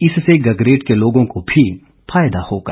इससे गगरेट के लोगों को भी फायदा होगा